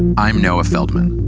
i'm noah feldman.